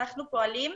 אנחנו פועלים.